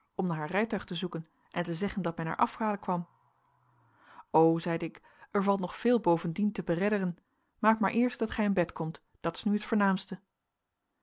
om haar rijtuig te zoeken en te zeggen dat men haar afhalen kwam o zeide ik er valt nog veel bovendien te beredderen maak maar eerst dat gij in bed komt dat is nu het voornaamste